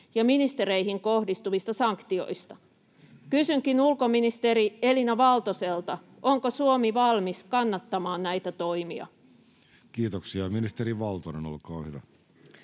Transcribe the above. ja ministereihin kohdistuvista sanktioista. Kysynkin ulkoministeri Elina Valtoselta, onko Suomi valmis kannattamaan näitä toimia. [Speech 81] Speaker: Jussi Halla-aho